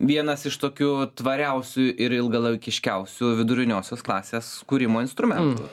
vienas iš tokių tvariausių ir ilgalaikiškiausių viduriniosios klasės kūrimo instrumentų